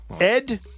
Ed